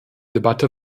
debatte